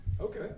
Okay